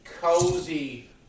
cozy